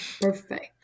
perfect